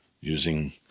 using